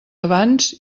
abans